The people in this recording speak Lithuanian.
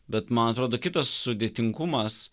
bet man atrodo kitas sudėtingumas